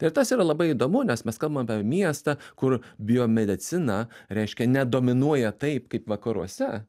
ir tas yra labai įdomu nes mes kalbam apie miestą kur biomedicina reiškia nedominuoja taip kaip vakaruose